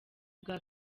ubwa